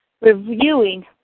reviewing